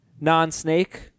non-snake